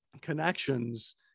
connections